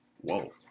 whoa